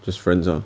just friends ah